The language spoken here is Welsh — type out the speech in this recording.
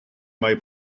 mae